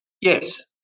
Yes